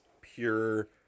pure